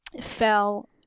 fell